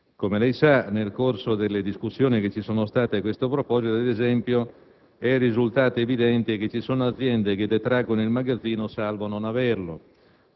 Come lei sa, nel corso delle discussioni che ci sono state a questo proposito, ad esempio, è risultato evidente che vi sono aziende che detraggono il magazzino, salvo non averlo,